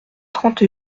trente